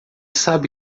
sabe